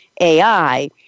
AI